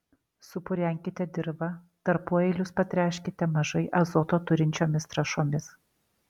supurenkite dirvą tarpueilius patręškite mažai azoto turinčiomis trąšomis